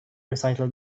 recital